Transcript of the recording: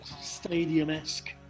stadium-esque